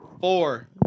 Four